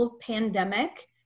pandemic